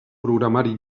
programari